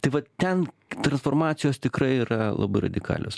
tai va ten transformacijos tikrai yra labai radikalios